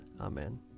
Amen